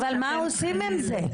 אבל מה עושים עם זה?